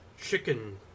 chicken